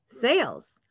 sales